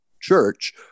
church